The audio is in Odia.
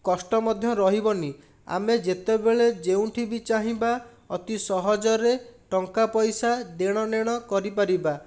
କଷ୍ଟ ମଧ୍ୟ ରହିବନି ଆମେ ଯେତେବେଳେ ଯେଉଁଠି ବି ଚାହିଁବା ଅତି ସହଜରେ ଟଙ୍କାପଇସା ଦେଣନେଣ କରିପାରିବା